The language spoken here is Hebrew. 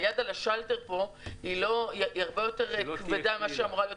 היד על השאלטר פה הרבה יותר כבדה ממה שאמורה להיות.